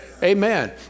Amen